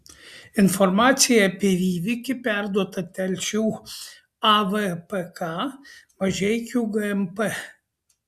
informacija apie įvykį perduota telšių avpk mažeikių gmp